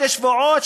שבועיים,